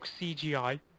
CGI